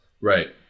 Right